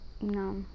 no